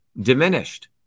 diminished